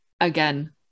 again